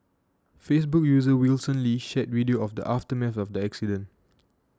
Facebook user Wilson Lee shared video of the aftermath of the accident